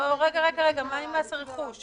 רגע, מה עם מס רכוש?